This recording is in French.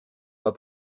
pas